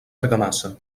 argamassa